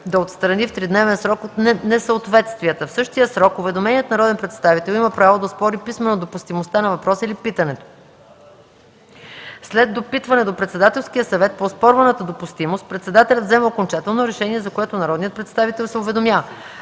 да отстрани в тридневен срок несъответствията. В същия срок уведоменият народен представител има право да оспори писмено допустимостта на въпроса или питането. След допитване до Председателския съвет по оспорваната допустимост, председателят взема окончателно решение, за което народният представител се уведомява.